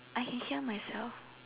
I can hear myself